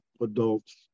adults